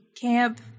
camp